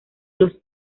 los